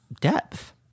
depth